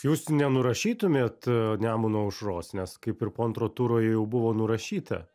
jūs nenurašytumėt nemuno aušros nes kaip ir po antro turo ji jau buvo nurašyta